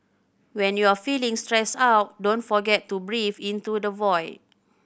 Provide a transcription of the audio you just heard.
when you are feeling stressed out don't forget to breathe into the void